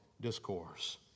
Discourse